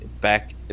back